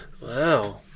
Wow